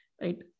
right